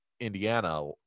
Indiana